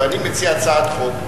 ואני מציע הצעת חוק,